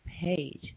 page